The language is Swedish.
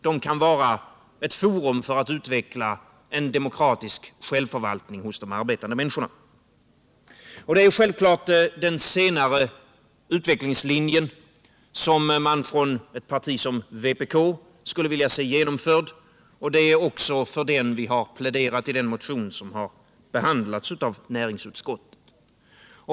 De kan vara ett forum för att utveckla en demokratisk självförvaltning hos de arbetande människorna. Det är självklart den senare utvecklingslinjen man från ett parti som vpk skulle vilja se genomförd, och det är för den som vi har pläderat i den motion som har behandlats i näringsutskottet.